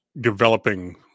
developing